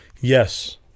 Yes